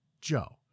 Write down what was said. Joe